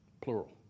plural